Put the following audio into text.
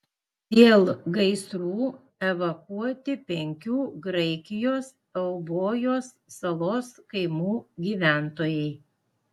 dėl gaisrų evakuoti penkių graikijos eubojos salos kaimų gyventojai